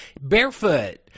barefoot